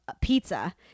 pizza